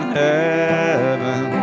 heaven